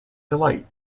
delight